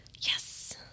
Yes